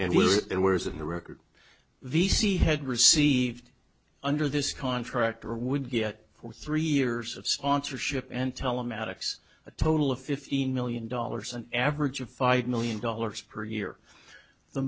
in the record v c had received under this contract or would get for three years of sponsorship and telematics a total of fifteen million dollars an average of five million dollars per year the